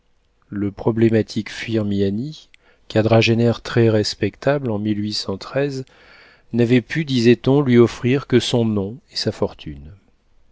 le problématique firmiani quadragénaire très-respectable en n'avait pu disait-on lui offrir que son nom et sa fortune